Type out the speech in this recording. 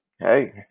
Hey